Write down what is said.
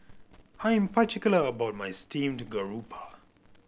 I'm particular about my steamed garoupa